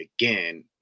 again